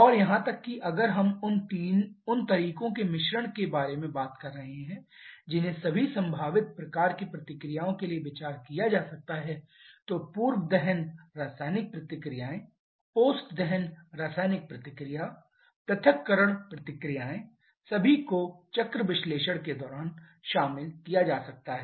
और यहां तक कि अगर हम उन तरीकों के मिश्रण के बारे में बात कर रहे हैं जिन्हें सभी संभावित प्रकार की प्रतिक्रियाओं के लिए विचार किया जा सकता है तो पूर्व दहन रासायनिक प्रतिक्रियाएं पोस्ट दहन रासायनिक प्रतिक्रिया पृथक्करण प्रतिक्रियाएं सभी को चक्र विश्लेषण के दौरान शामिल किया जा सकता है